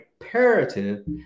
imperative